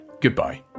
goodbye